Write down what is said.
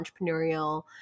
entrepreneurial